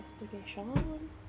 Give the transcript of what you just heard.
Investigation